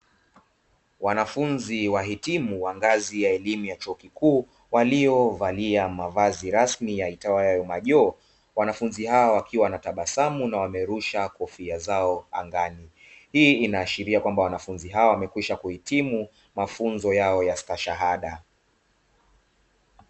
Wanafunzi wahitimu wa ngazi ya elimu ya chuo kikuu waliovalia mavazi rasmi yaitwayo majoho, wanafunzi hawa wakiwa wanatabasamu na wamerusha kofia zao angani. Hii inaashiria kwamba wanafunzi hawa wamekwisha kuhitimu mafunzo yao ya stashahada.